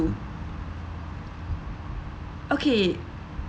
to okay